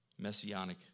messianic